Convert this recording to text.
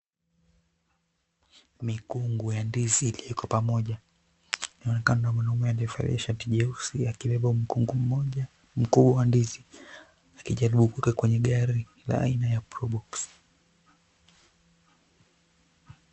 Mikungu ya ndizi iliyoko pamoja. Inaonekana mwanamume aliyevalia shati jeusi akibeba mkunga mmoja mkuu wa ndizi. Akijaribu kuweka kwenye gari la aina ya (cs)Probox(cs).